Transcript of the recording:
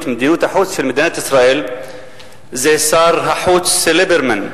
החוץ של מדינת ישראל זה שר החוץ ליברמן.